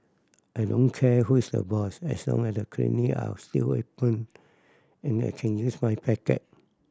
I don't care who is the boss as long as the clinic are still open and I can use my package